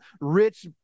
rich